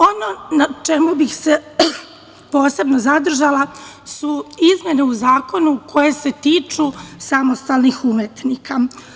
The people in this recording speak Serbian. Ono na čemu bih se posebno zadržala su izmene u zakonu koje se tiču samostalnih umetnika.